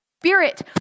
spirit